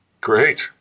Great